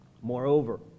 Moreover